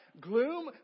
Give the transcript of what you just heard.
gloom